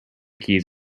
keys